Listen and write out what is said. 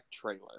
trailer